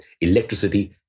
electricity